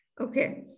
Okay